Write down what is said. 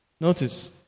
Notice